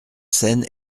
scène